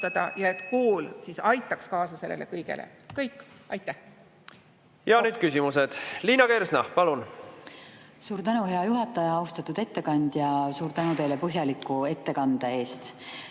Ja nüüd küsimused. Liina Kersna, palun!